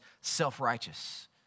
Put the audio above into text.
self-righteous